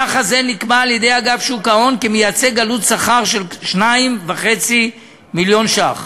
יחס זה נקבע על-ידי אגף שוק ההון כמייצג עלות שכר של 2.5 מיליון ש"ח.